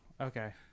okay